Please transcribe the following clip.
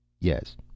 Yes